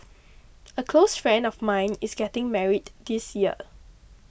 a close friend of mine is getting married this year